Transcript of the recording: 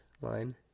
line